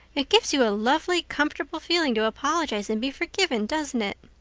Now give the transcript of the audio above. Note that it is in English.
it gives you a lovely, comfortable feeling to apologize and be forgiven, doesn't it?